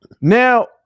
Now